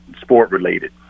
sport-related